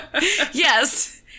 Yes